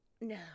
no